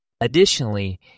Additionally